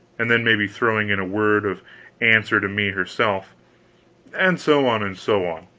and then maybe throwing in a word of answer to me herself and so on and so on